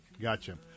Gotcha